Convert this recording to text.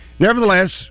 Nevertheless